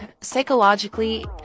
psychologically